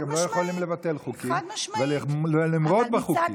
הם לא יכולים לבטל חוקים ולמרוד בחוקים.